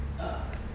uh